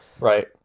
right